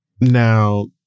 Now